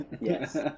Yes